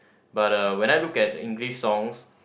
but uh when I look at English songs